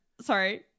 sorry